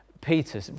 Peter